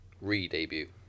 re-debut